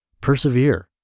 Persevere